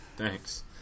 Thanks